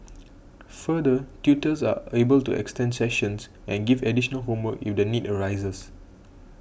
further tutors are able to extend sessions and give additional homework if the need arises